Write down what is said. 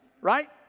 right